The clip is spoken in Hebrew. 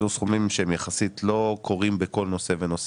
אלה סכומים שהם יחסית לא קורים בכל נושא ונושא.